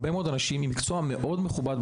אותם אנשים רוצים